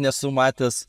nesu matęs